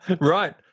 Right